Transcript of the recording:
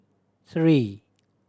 three